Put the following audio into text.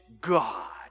God